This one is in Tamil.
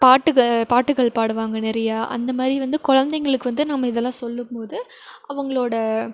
பாட்டுக பாட்டுகள் பாடுவாங்க நிறையா அந்த மாதிரி வந்து கொழந்தைங்களுக்கு வந்து நம்ம இதெல்லாம் சொல்லும்போது அவங்களோட